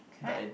can I